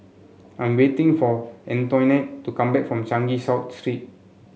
I'm waiting for Antoinette to come back from Changi South Street